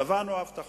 שבענו הבטחות.